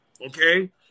okay